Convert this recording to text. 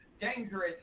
dangerous